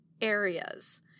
areas